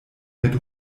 mit